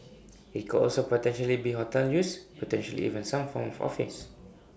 IT could also potentially be hotel use potentially even some form of office